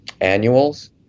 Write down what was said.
annuals